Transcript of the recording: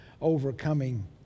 overcoming